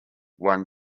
won